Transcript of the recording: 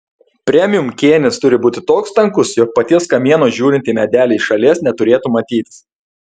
premium kėnis turi būti toks tankus jog paties kamieno žiūrint į medelį iš šalies neturėtų matytis